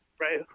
Right